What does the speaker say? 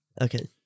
Okay